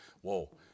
whoa